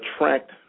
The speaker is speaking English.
attract